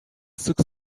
sık